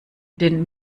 den